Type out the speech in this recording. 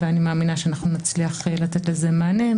ואני מאמינה שאנחנו נצליח לתת לזה מענה.